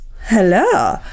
Hello